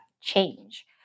change